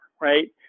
Right